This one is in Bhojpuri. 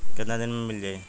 कितना दिन में मील जाई?